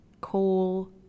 Coal